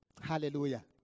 Hallelujah